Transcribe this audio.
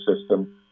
system